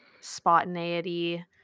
spontaneity